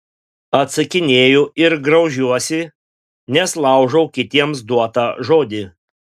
atsakinėju ir graužiuosi nes laužau kitiems duotą žodį